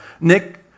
Nick